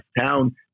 town